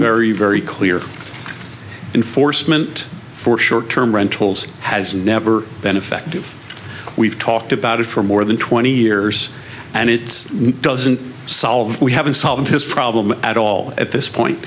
very very clear enforcement for short term rentals has never been effective we've talked about it for more than twenty years and it doesn't solve we haven't solved his problem at all at this point